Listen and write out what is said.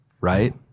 right